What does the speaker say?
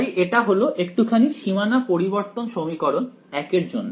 তাই এটা হল একটুখানি সীমানা পরিবর্তন সমীকরণ 1 এর জন্য